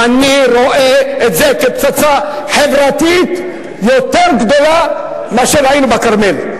אני רואה את זה כפצצה חברתית יותר גדולה מאשר ראינו בכרמל.